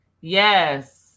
yes